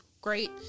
great